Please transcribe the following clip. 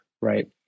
right